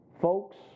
Folks